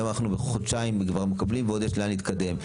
היום אנחנו חודשיים כבר מקבלים ועוד יש לאן להתקדם.